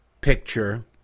picture